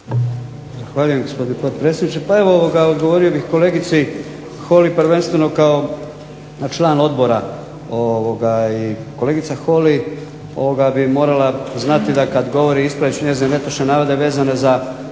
Zahvaljujem gospodine potpredsjedniče. Pa evo odgovorio bih kolegici Holy prvenstveno kao član odbora. Kolegica Holy bi morala znati da kad govori, ispravit ću njezin netočni navod, da je vezana za